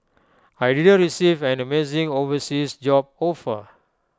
I didn't receive an amazing overseas job offer